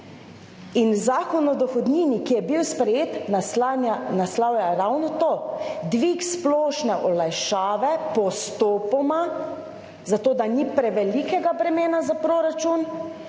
in Zakon o dohodnini, ki je bil sprejet, naslavlja ravno to – dvig splošne olajšave postopoma, zato da ni prevelikega bremena za proračun.